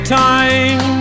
time